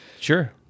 Sure